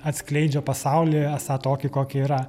atskleidžia pasaulį esą tokį kokį yra